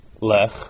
lech